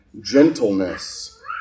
gentleness